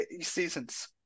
seasons